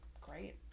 great